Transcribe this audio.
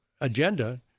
agenda